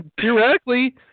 theoretically